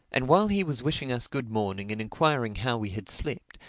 and while he was wishing us good morning and enquiring how we had slept,